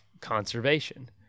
conservation